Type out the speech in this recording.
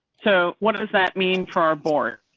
so, what does that mean for our board?